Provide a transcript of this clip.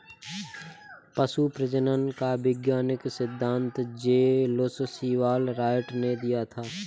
पशु प्रजनन का वैज्ञानिक सिद्धांत जे लुश सीवाल राइट ने दिया था